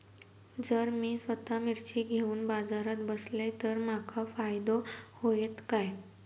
जर मी स्वतः मिर्ची घेवून बाजारात बसलय तर माका फायदो होयत काय?